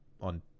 on